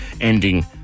ending